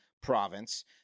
province